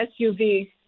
SUV